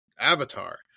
Avatar